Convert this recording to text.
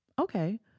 Okay